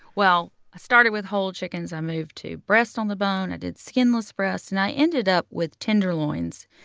well, i started with whole chickens. i moved to breast on the bone. i did skinless breast. and i ended up with tenderloins.